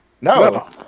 No